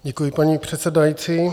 Děkuji, paní předsedající.